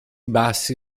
bassi